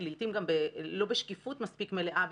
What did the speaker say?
לעיתים גם לא בשקיפות מספיק מלאה,